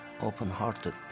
open-hearted